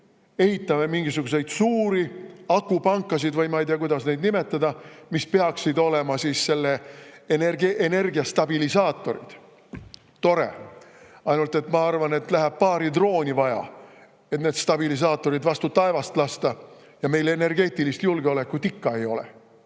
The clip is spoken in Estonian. ehitame mingisuguseid suuri akupankasid – või ma ei tea, kuidas neid nimetada –, mis peaksid olema selle energia stabilisaatorid. Tore! Ainult et ma arvan, et läheb vaid paari drooni vaja, et need stabilisaatorid vastu taevast lasta, ja meil energeetilist julgeolekut ikka ei ole.